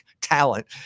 talent